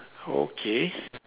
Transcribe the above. okay